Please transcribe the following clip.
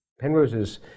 Penrose's